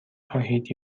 خواهید